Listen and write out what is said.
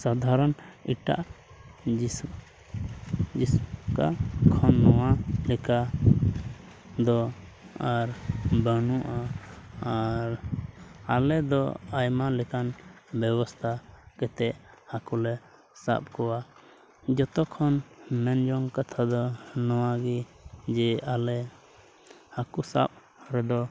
ᱥᱟᱫᱷᱟᱨᱚᱱ ᱮᱴᱟᱜ ᱡᱮᱭᱥᱮ ᱡᱮᱥᱯᱠᱟ ᱠᱷᱚᱱ ᱱᱚᱣᱟ ᱞᱮᱠᱟ ᱫᱚ ᱟᱨ ᱵᱟᱹᱱᱩᱜᱼᱟ ᱟᱨ ᱟᱞᱮ ᱫᱚ ᱟᱭᱢᱟ ᱞᱮᱠᱟᱱ ᱵᱮᱵᱚᱥᱛᱷᱟ ᱠᱟᱛᱮᱫ ᱦᱟᱹᱠᱩ ᱞᱮ ᱥᱟᱵ ᱠᱚᱣᱟ ᱡᱚᱛᱚ ᱠᱷᱚᱱ ᱢᱮᱱ ᱡᱚᱝ ᱠᱟᱛᱷᱟ ᱫᱚ ᱱᱚᱣᱟ ᱡᱮ ᱟᱞᱮ ᱦᱟᱹᱠᱩ ᱥᱟᱵ ᱨᱮᱫᱚ